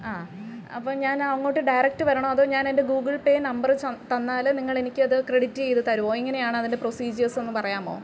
ആ അപ്പോള് ഞാനങ്ങോട്ട് ഡയറക്റ്റ് വരണോ അതോ ഞാനെൻ്റെ ഗൂഗിൾ പേ നമ്പര് തന്നാല് നിങ്ങള് എനിക്കത് ക്രെഡിറ്റ് ചെയ്ത് തരുമോ എങ്ങനെയാണ് അതിൻ്റെ പ്രൊസീജിയേഴ്സൊന്ന് പറയാമോ